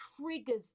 triggers